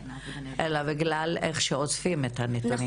אלא בגלל איך שאוספים את הנתונים.